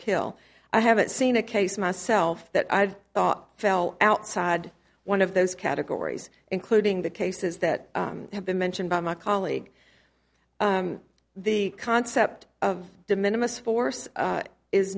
kill i haven't seen a case myself that i'd thought fell outside one of those categories including the cases that have been mentioned by my colleague the concept of diminished force